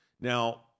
Now